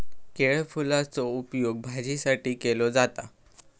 केळफुलाचो उपयोग भाजीसाठी केलो जाता